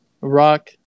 Rock